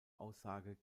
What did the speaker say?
aussage